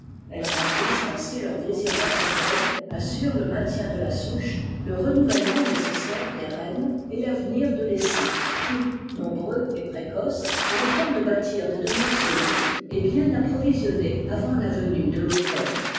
elles remplissent ainsi leur désir maternel assurent le maintien de la souche le renouvellement nécessaire des reines et l'avenir de l'essaim qui nombreux et précoce a le temps de bâtir des demeures solides et bien approvisionnées avant la venue de l'automme